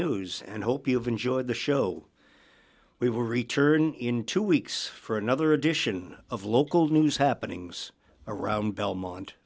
news and hope you've enjoyed the show we will return in two weeks for another edition of local news happening around belmont